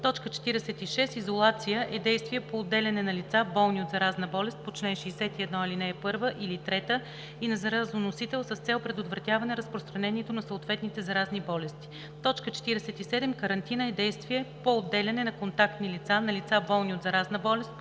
46. „Изолация“ е действие по отделяне на лица, болни от заразна болест по чл. 61, ал. 1 или 3, и на заразоносители с цел предотвратяване разпространението на съответните заразни болести. 47. „Карантина“ е действие по отделяне на контактни лица на лица, болни от заразна болест